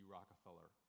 Rockefeller